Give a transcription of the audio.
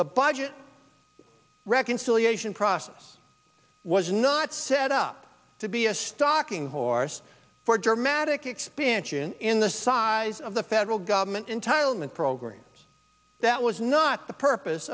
the budget reconciliation process was not set up to be a stocking horse for dramatic expansion in the size of the federal government entirely programs that was not the purpose